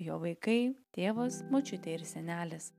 jo vaikai tėvas močiutė ir senelis